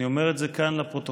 אני אומר את זה כאן לפרוטוקול,